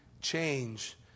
change